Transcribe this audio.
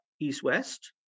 east-west